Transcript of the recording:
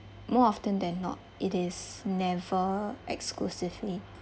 more often than not it is never exclusively